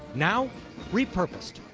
now repurposed.